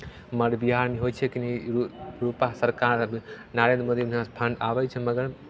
एमहर बिहारमे होइ छै कनि रू रुपैआ सरकार नरेन्द्र मोदी वहाँसँ फण्ड आबै छै मगर